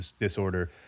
disorder